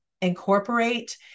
incorporate